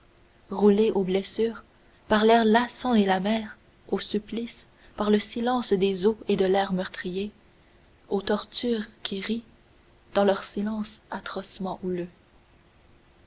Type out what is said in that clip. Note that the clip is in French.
rouler aux blessures par l'air lassant et la mer aux supplices par le silence des eaux et de l'air meurtriers aux tortures qui rient dans leur silence atrocement houleux